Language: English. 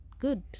good